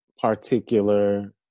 particular